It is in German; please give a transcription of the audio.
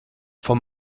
vom